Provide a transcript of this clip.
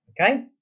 okay